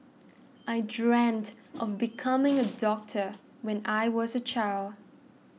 I dreamt of becoming a doctor when I was a child